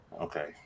okay